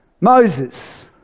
Moses